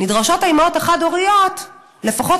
נדרשות האימהות החד-הוריות לפחות